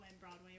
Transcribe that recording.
Broadway